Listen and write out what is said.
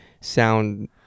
sound